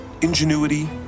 ingenuity